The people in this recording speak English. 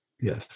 Yes